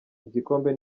igikombe